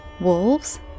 Wolves